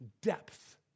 depth